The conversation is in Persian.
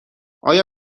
آیا